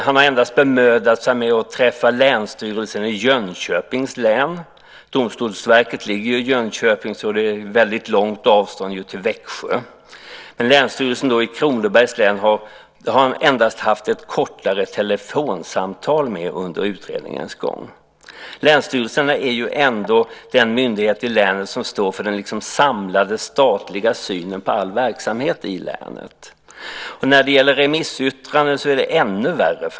Han har endast bemödat sig med att träffa Länsstyrelsen i Jönköpings län. Domstolsverket ligger ju i Jönköping, så det är ett långt avstånd till Växjö. Med Länsstyrelsen i Kronobergs län har han endast haft ett kortare telefonsamtal under utredningens gång. Länsstyrelsen är ändå den myndighet i länet som står för den samlade statliga synen på all verksamhet i länet. När det gäller remissyttranden är det ännu värre.